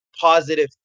positive